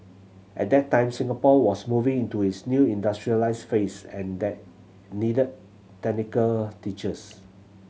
at that time Singapore was moving into its new industrialised phase and they needed technical teachers